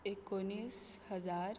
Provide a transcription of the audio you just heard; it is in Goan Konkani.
एकुणीस हजार